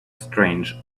strange